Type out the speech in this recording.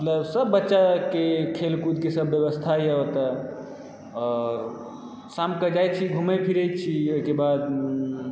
मतलब सभ बच्चाकेँ खेल कूदके सभ व्यवस्था यऽ ओतए आओर शामके जाइ छी घुमै फिरै छी ओहिके बाद